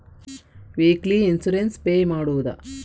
Weekly insurance pay ಮಾಡುವುದ?